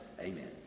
amen